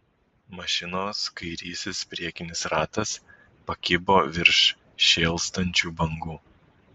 mašinos kairysis priekinis ratas pakibo virš šėlstančių bangų